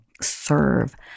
serve